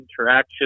interaction